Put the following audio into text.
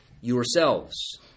yourselves